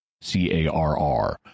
C-A-R-R